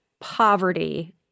poverty